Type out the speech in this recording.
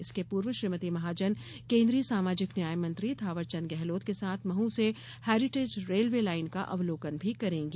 इसके पूर्व श्रीमती महाजन केन्द्रीय सामाजिक न्याय मंत्री थांवरचंद गेहलोत के साथ महू से हेरीटेज रेलवे लाईन का अवलोकन भी करेंगी